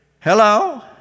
Hello